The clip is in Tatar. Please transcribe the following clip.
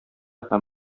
һәм